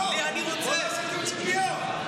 בוא נעשה תיאום ציפיות.